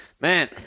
Man